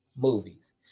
movies